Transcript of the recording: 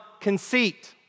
conceit